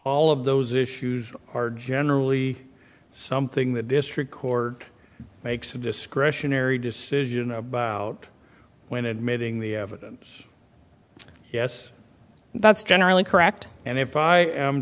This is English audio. all of those issues are generally something the district court makes a discretionary decision about when admitting the evidence yes that's generally correct and if i am